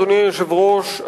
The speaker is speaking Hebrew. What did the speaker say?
אדוני היושב-ראש,